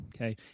okay